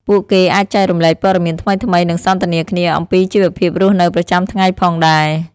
ពួកគេអាចចែករំលែកព័ត៌មានថ្មីៗនិងសន្ទនាគ្នាអំពីជីវភាពរស់នៅប្រចាំថ្ងៃផងដែរ។